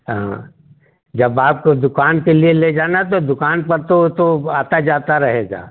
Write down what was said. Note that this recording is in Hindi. हाँ जब आपको दुकान के लिए ले जाना तो दुकान पर तो तो आता जाता रहेगा